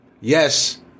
Yes